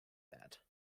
that